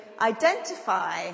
identify